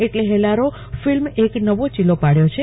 એટલે હેલ્લારો ફિલ્મએ એક નવો ચીલો પાડયો છે